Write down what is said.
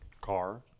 Car